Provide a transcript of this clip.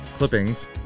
clippings